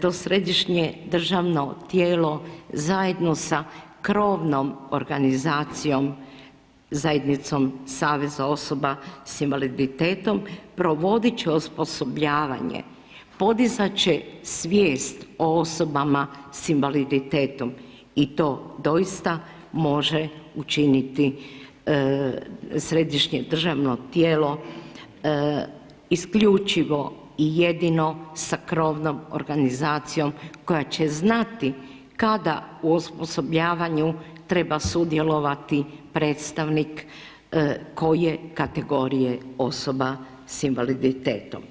to središnje državno tijelo zajedno sa krovnom organizacijom zajednicom saveza osoba sa invaliditetom provoditi će osposobljavanje, podizati će svijest o osobama sa invaliditetom i to doista može učiniti Središnje državno tijelo isključivo i jedino sa krovnom organizacijom koja će znati kada u osposobljavanju treba sudjelovati predstavnik koje kategorije osoba sa invaliditetom.